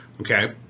Okay